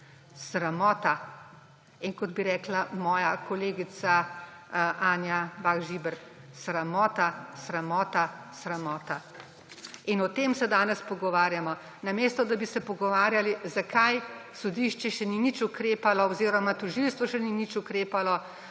Sramota! In kot bi rekla moja kolegica Anja Bah Žibert, »sramota, sramota, sramota«. In o tem se danes pogovarjamo, namesto da bi se pogovarjali, zakaj sodišče še ni nič ukrepalo oziroma tožilstvo še ni nič ukrepalo